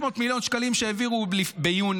600 מיליון שקלים שהעבירו ביוני,